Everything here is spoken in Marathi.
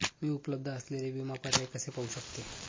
मी उपलब्ध असलेले विमा पर्याय कसे पाहू शकते?